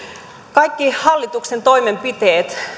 kaikki hallituksen toimenpiteet